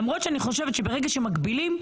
למרות שאני חושבת שברגע שמגבילים,